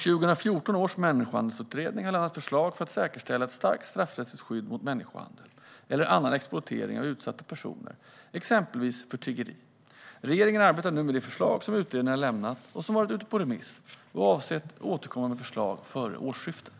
2014 års människohandelsutredning har lämnat förslag för att säkerställa ett starkt straffrättsligt skydd mot människohandel eller annan exploatering av utsatta personer, exempelvis för tiggeri. Regeringen arbetar nu med de förslag som utredningen har lämnat och som har varit ute på remiss och avser att återkomma med förslag före årsskiftet.